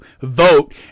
vote